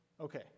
Okay